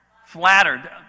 flattered